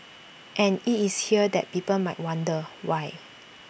and IT is here that people might wonder why